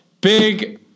big